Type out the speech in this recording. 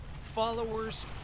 followers